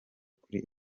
kuri